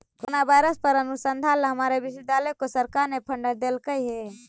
corona virus पर अनुसंधान ला हमारे विश्वविद्यालय को सरकार ने फंडस देलकइ हे